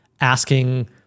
asking